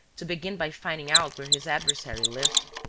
to begin by finding out where his adversary lived?